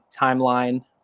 timeline